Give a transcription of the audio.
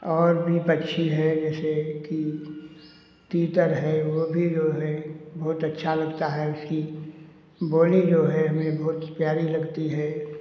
और भी पक्षी हैं जैसे कि तीतर है वो भी जो है बहुत अच्छा लगता है उसकी बोली जो है हमें बहुत प्यारी लगती है